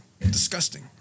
disgusting